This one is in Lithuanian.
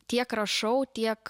tiek rašau tiek